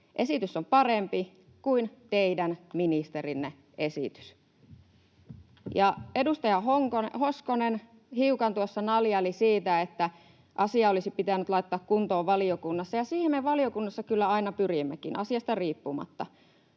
Esitys on parempi kuin teidän ministerinne esitys. Edustaja Hoskonen hiukan tuossa naljaili siitä, että asia olisi pitänyt laittaa kuntoon valiokunnassa, ja siihen me valiokunnassa kyllä aina pyrimmekin asiasta riippumatta.